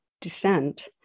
descent